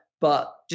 but-